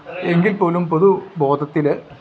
എങ്കിൽപ്പോലും പൊതു ബോധത്തിൽ